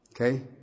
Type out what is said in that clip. okay